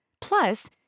Plus